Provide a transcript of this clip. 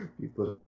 People